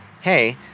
hey